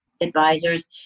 advisors